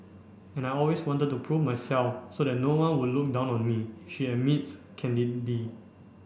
and I always wanted to prove myself so that no one would look down on me she admits candidly